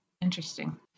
interesting